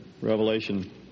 Revelation